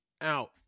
Out